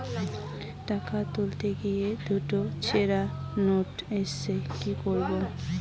টাকা তুলতে গিয়ে দুটো ছেড়া নোট এসেছে কি করবো?